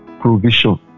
provision